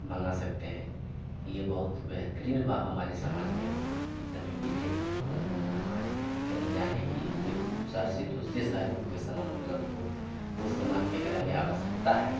मँगा सकते हैं यह बहुत बेहतरीन हुआ हमारे समाज में हम जो है कि जही हमारे कहीं जाने की एक शहर से दूसरे शहर में कोई सामान उपलब्ध हो उस सामान की अगर हमें आवश्यकता हो